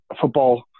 football